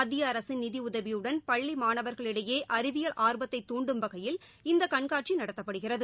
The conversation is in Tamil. மத்திய அரசின் நிதி உதவியுடன் பள்ளி மாணவர்களிடையே அறிவியல் ஆர்வத்தை துண்டும் வகையில் இந்த கண்காட்சி நடத்தப்படுகிறது